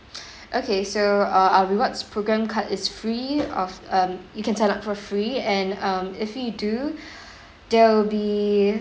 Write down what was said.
okay so our rewards programme card is free of uh you can set up for free and um if you do there will be